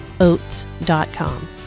oats.com